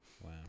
Wow